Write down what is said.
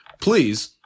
please